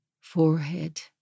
forehead